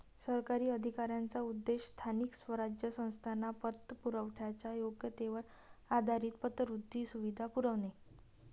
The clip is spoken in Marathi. सरकारी अधिकाऱ्यांचा उद्देश स्थानिक स्वराज्य संस्थांना पतपुरवठ्याच्या योग्यतेवर आधारित पतवृद्धी सुविधा पुरवणे